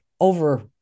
over